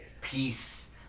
Peace